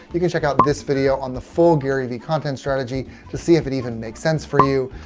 you can check out but this video on the full garyvee content strategy to see if it even makes sense for you.